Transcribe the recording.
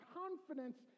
confidence